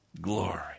glory